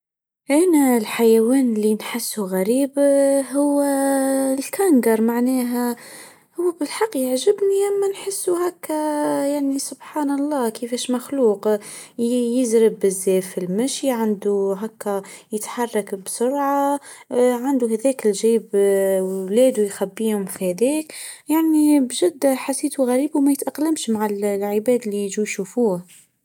أنا الحيوان إللي نحسه غريب هو الكنغر معناها. هو بالحق يعجبني لما نحسه هكا يعني سبحان الله كيفش مخلوق يزرب بالزاف بالمشي عنده هكه يتحرك بسرعه عنده هذاك الجيب واولاده يخبيهم في ايديه. يعني بجد حسيته غريب وما يتاقلمش مع العباد اللي يجوا يشوفوه.